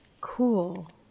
Cool